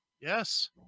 Yes